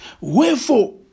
Wherefore